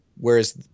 Whereas